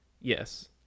Yes